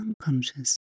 unconscious